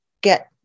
get